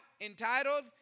entitled